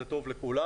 זה טוב לכולם,